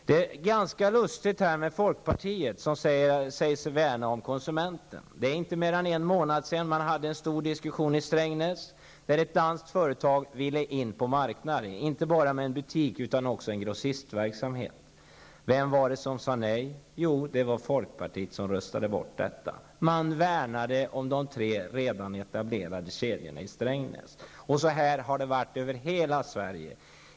Det är ganska lustigt att folkpartiet säger sig värna om konsumenten. Det är inte mer än en månad sedan det fördes en stor diskussion i Strängnäs, där ett danskt företag ville in på marknaden, inte bara med en butik utan också med grossistverksamhet. Vem var det som sade nej? Jo, det var folkpartiet som röstade bort detta. Man värnade om de tre redan etablerade kedjorna i Strängnäs. Så här har det varit över hela Sverige.